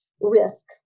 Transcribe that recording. risk